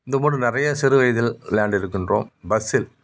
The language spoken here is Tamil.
இந்த மாதிரி நிறையா சிறு வயதில் விளையாண்டுட்டு இருக்கின்றோம் பஸ்ஸில்